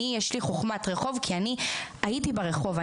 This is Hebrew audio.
יש לי חכמת רחוב, כי הייתי ברחוב.